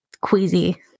queasy